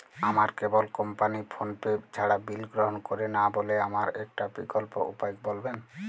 আমার cable company PhonePe ছাড়া bill গ্রহণ করে না বলে আমার একটা বিকল্প উপায় বলবেন?